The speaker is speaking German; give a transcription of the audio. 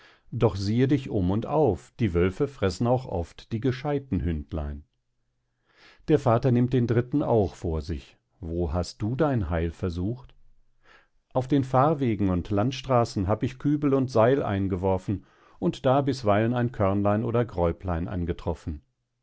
doch siehe dich um und auf die wölfe fressen auch oft die gescheidten hündlein der vater nimmt den dritten auch vor sich wo hast du dein heil versucht auf den fahrwegen und landstraßen hab ich kübel und seil eingeworfen und da bisweilen ein körnlein oder gräuplein angetroffen